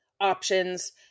options